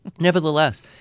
nevertheless